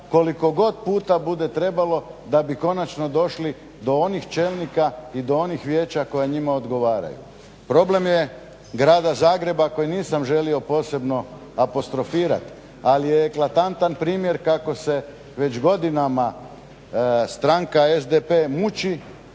koliko god puta bude trebalo da bi konačno došli do onih čelnika i do onih vijeća koja njima odgovaraju. Problem je Grada Zagreba koji nisam želio posebno apostrofirati ali je eklatantan primjer kako se već godinama stranka SDP muči